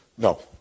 No